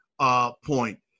point